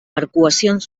arcuacions